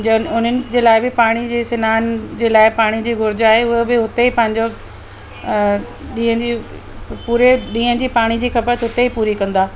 जंहिं उन्हनि जे लाइ बि पाणी जे सनान जे लाइ पाणीअ जी घुरिज आहे उहो बि हुते ई पंहिंजो ॾींहं जी पूरे ॾींहं जी पाणीअ जी खपत हिते ई पूरी कंदा